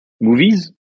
Movies